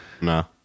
No